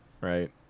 right